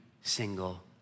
single